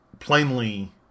plainly